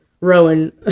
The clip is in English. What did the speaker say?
Rowan